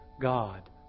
God